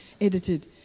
edited